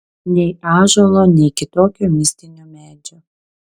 nei ąžuolo nei kitokio mistinio medžio